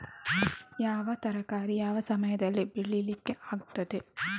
ಯಾವ ತರಕಾರಿ ಯಾವ ಸಮಯದಲ್ಲಿ ಬೆಳಿಲಿಕ್ಕೆ ಆಗ್ತದೆ?